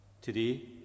today